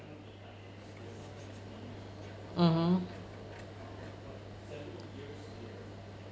mmhmm